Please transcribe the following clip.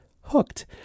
hooked